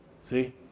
See